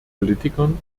politikern